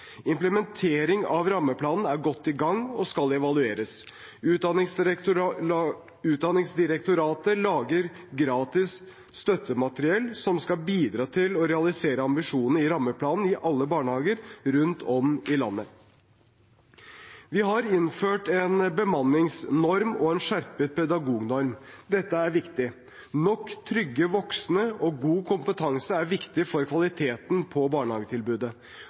av rammeplanen er godt i gang og skal evalueres. Utdanningsdirektoratet lager gratis støttemateriell som skal bidra til å realisere ambisjonene i rammeplanen i alle barnehager rundt om i landet. Vi har innført en bemanningsnorm og en skjerpet pedagognorm. Dette er viktig. Nok trygge voksne og god kompetanse er viktig for kvaliteten på barnehagetilbudet.